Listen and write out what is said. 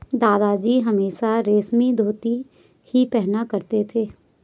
दादाजी हमेशा रेशमी धोती ही पहना करते थे